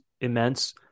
immense